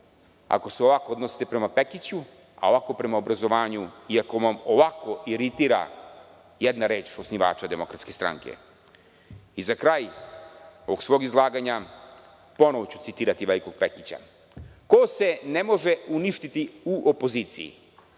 ako se ovako odnosite prema Pekiću, a ovako prema obrazovanju i ako vam ovako iritira jedna reč osnivača DS.I za kraj ovog svog izlaganja, ponovo ću citirati velikog Pekića - ko se ne može uništiti u opoziciji